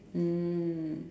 mm